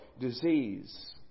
disease